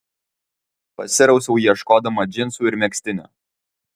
pasirausiau ieškodama džinsų ir megztinio